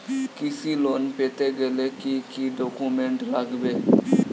কৃষি লোন পেতে গেলে কি কি ডকুমেন্ট লাগবে?